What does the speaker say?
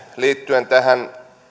liittyen tähän